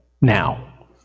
Now